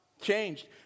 changed